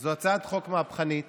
זאת הצעת חוק מהפכנית